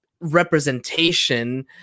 representation